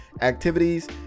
activities